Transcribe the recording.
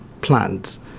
plants